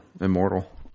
Immortal